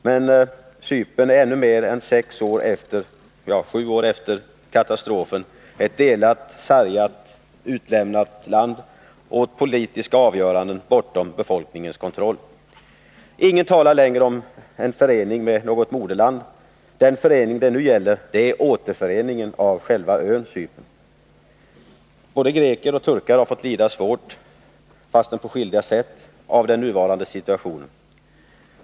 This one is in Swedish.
Men Cypern är ännu mer än sju år efter katastrofen delat, sargat och utlämnat åt politiska avgöranden bortom befolkningens kontroll. Ingen talar längre om en förening med något moderland. Den förening det nu gäller är återföreningen av själva ön Cypern. Både greker och turkar har fått lida svårt av den nuvarande situationen, fastän på skilda sätt.